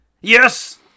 Yes